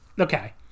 Okay